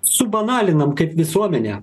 subanalinam kaip visuomenė